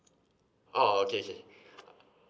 oh okay okay